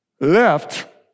left